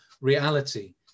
reality